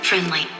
Friendly